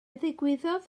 ddigwyddodd